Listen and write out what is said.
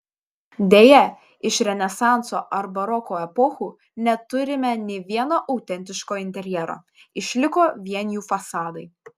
deja iš renesanso ar baroko epochų neturime nė vieno autentiško interjero išliko vien jų fasadai